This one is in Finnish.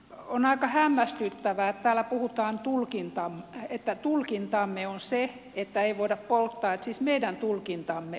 on aika hämmästyttävää että täällä puhutaan että tulkintamme on se että ei voida polttaa että siis meidän tulkintamme on se